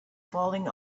falling